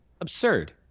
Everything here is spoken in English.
absurd